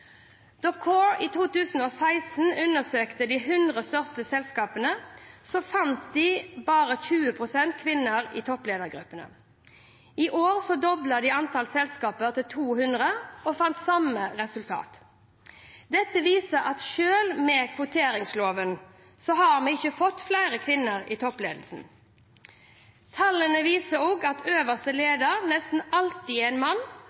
Da CORE i 2016 undersøkte de 100 største selskapene, fant de bare 20 pst. kvinner i toppledergruppene. I år doblet de antallet selskaper til 200 og fant samme resultat. Dette viser at selv med kvoteringsloven har vi ikke fått flere kvinner i toppledelsen. Tallene viser også at øverste leder nesten alltid er en mann,